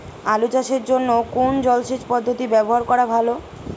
আলু চাষের জন্য কোন জলসেচ পদ্ধতি ব্যবহার করা ভালো?